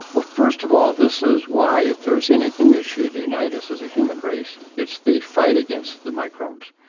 well, first of all this is why if there's anything that should unite us as a human race it's the fight against the microbes.